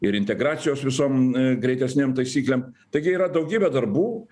ir integracijos visom greitesnėm taisyklėm taigi yra daugybė darbų